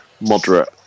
moderate